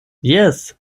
jes